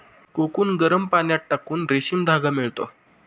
cocoon गरम पाण्यात टाकून रेशीम धागा मिळतो